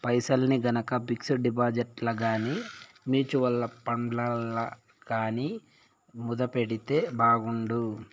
పైసల్ని గనక పిక్సుడు డిపాజిట్లల్ల గానీ, మూచువల్లు ఫండ్లల్ల గానీ మదుపెడితే బాగుండు